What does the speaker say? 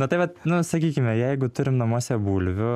na tai vat nu sakykime jeigu turim namuose bulvių